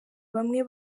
bamwe